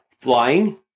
flying